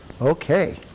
Okay